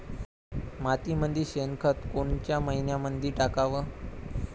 मातीमंदी शेणखत कोनच्या मइन्यामंधी टाकाव?